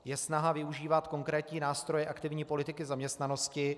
Je snaha využívat konkrétní nástroje aktivní politiky zaměstnanosti.